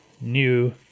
new